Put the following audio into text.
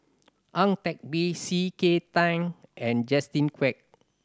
Ang Teck Bee C K Tang and Justin Quek